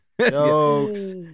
jokes